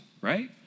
right